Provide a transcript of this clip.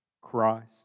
Christ